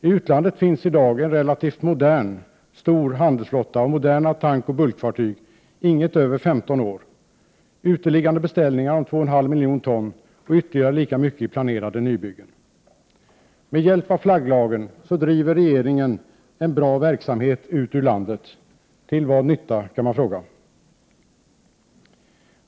I utlandet finns i dag en relativt stor handelsflotta av moderna tankoch bulkfartyg — inget är över 15 år —, uteliggande beställningar om 2,5 miljoner ton och ytterligare lika mycket i planerade nybyggen. Med hjälp av flagglagen driver regeringen en bra verksamhet ut ur landet. Till vad nytta, kan man fråga.